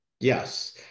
Yes